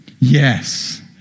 Yes